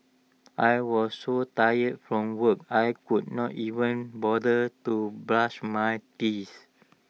I was so tired from work I could not even bother to brush my teeth